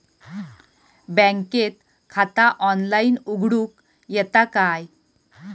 बँकेत खाता ऑनलाइन उघडूक येता काय?